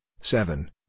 seven